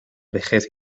vejez